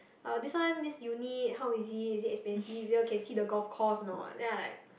oh this one this unit how is it is it expensive you all can see the golf course or not then I like